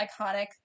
iconic